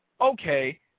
okay